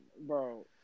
Bro